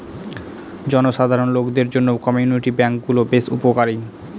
জনসাধারণ লোকদের জন্য কমিউনিটি ব্যাঙ্ক গুলো বেশ উপকারী